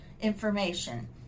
information